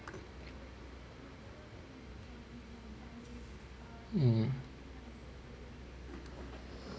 mm